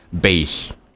base